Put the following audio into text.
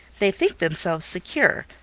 they think themselves secure,